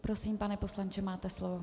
Prosím, pane poslanče, máte slovo.